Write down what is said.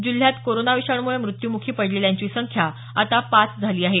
जिल्ह्यात कोरोना विषाणुमुळे मृत्यूमुखी पडलेल्यांची संख्या आता पाच झाली आहे